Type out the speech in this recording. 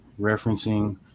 referencing